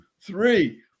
three